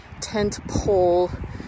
tentpole